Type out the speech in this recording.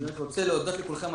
אני רוצה להודות לכולכם,